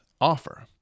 offer